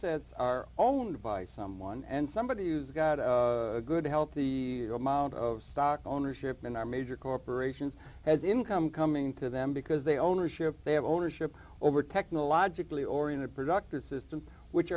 says are all owned by someone and somebody who's got a good healthy amount of stock ownership in our major corporations has income coming to them because they ownership they have ownership over technologically oriented productive systems which